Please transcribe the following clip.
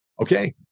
Okay